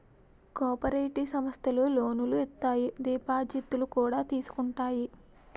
cooperative సమస్థలు లోనులు ఇత్తాయి దిపాజిత్తులు కూడా తీసుకుంటాయి